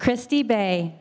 christie bay